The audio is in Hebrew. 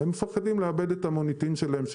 הם מפחדים לאבד את המוניטין שלהם,